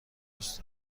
دوست